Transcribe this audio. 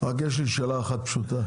רק יש לי שאלה אחת פשוטה,